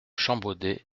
champbaudet